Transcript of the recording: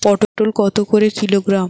পটল কত করে কিলোগ্রাম?